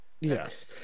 Yes